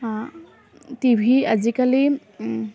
TV আজিকালি